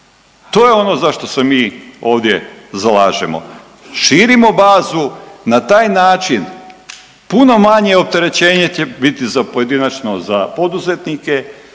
To je ono za što se mi ovdje zalažemo. Širimo bazu na taj način puno manje opterećenje će biti za pojedinačno za poduzetnike,